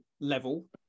level